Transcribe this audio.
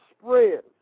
spread